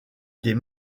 des